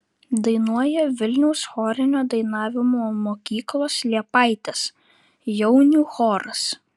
dainuoja vilniaus chorinio dainavimo mokyklos liepaitės jaunių choras